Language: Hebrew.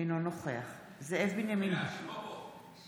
אינו נוכח זאב בנימין בגין,